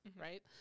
right